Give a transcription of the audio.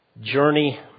journey